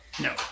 no